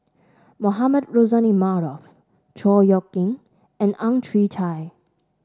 Mohamed Rozani Maarof Chor Yeok Eng and Ang Chwee Chai